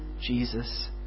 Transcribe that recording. Jesus